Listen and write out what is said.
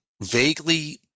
vaguely